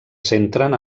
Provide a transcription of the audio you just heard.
centren